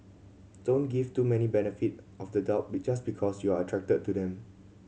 don't give too many benefit of the doubt be just because you're attracted to them